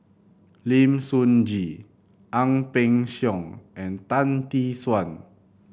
Lim Sun Gee Ang Peng Siong and Tan Tee Suan